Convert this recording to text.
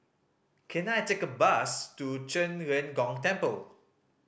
can I take a bus to Zhen Ren Gong Temple